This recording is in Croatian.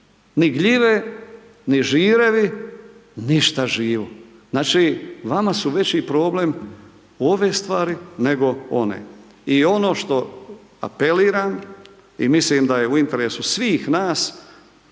ni gljive ni žirevi, ništa živo. Znači vama su veći problem ove stvari nego one. I ono što apeliram i mislim da je u interesu svih nas,